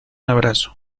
abrazo